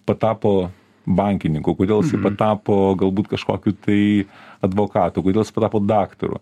patapo bankininku kodėl jis patapo galbūt kažkokiu tai advokatu kodėl jis patapo daktaru